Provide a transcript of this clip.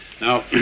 Now